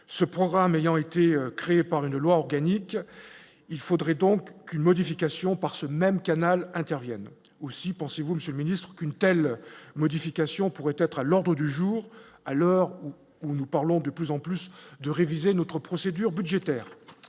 ce programme ayant été créé par une loi organique, il faudrait donc aucune modification par ce même canal interviennent aussi, pensez-vous, Monsieur le Ministre, qu'une telle modification pourrait être à l'ordre du jour, alors où on nous parlons de plus en plus de réviser notre procédure budgétaire